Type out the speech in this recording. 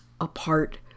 apart